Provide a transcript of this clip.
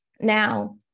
Now